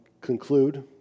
conclude